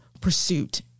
pursuit